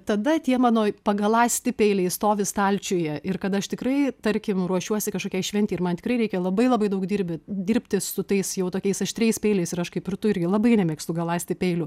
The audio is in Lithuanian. tada tie mano pagaląsti peiliai stovi stalčiuje ir kad aš tikrai tarkim ruošiuosi kažkokiai šventei ir man tikrai reikia labai labai daug dirbi dirbti su tais jau tokiais aštriais peiliais ir aš kaip ir tu irgi labai nemėgstu galąsti peilių